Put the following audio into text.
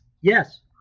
Yes